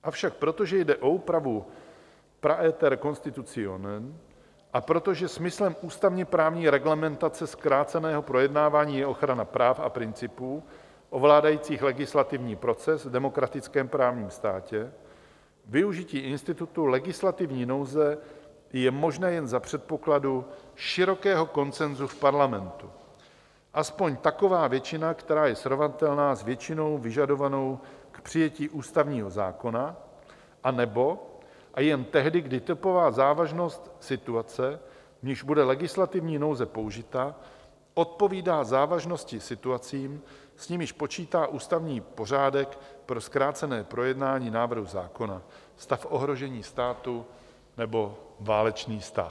Avšak protože jde o úpravu praeter constitutionem a protože smyslem ústavněprávní reglementace zkráceného projednávání je ochrana práv a principů ovládajících legislativní proces v demokratickém právním státě, využití institutu legislativní nouze je možné jen za předpokladů širokého konsenzu v parlamentu aspoň taková většina, která je srovnatelná s většinou vyžadovanou k přijetí ústavního zákona anebo jen tehdy, kdy taková závažnost situace, v níž bude legislativní nouze použita, odpovídá závažnosti situací, s nimiž počítá ústavní pořádek pro zkrácené projednání návrhu zákona stav ohrožení státu nebo válečný stav.